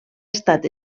estat